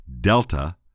Delta